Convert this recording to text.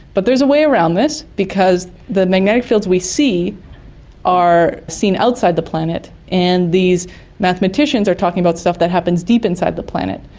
but there's a way around this because the magnetic fields we see are seen outside the planet, and these mathematicians are talking about stuff that happens deep inside the planet.